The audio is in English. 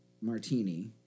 martini